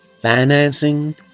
financing